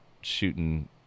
shooting